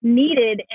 needed